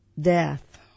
death